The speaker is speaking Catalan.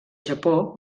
japó